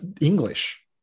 English